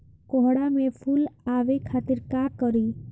कोहड़ा में फुल आवे खातिर का करी?